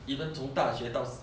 even 从大学到